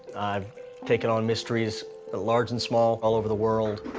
i've taken on mysteries ah large and small all over the world.